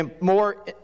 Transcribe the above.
more